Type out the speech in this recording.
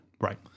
Right